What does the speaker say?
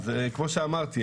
אז כמו שאמרתי,